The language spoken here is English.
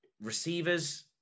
Receivers